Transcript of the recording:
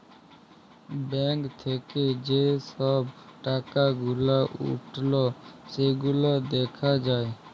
bank থাক্যে যে সব টাকা গুলা উঠল সেগুলা দ্যাখা যায়